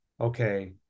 okay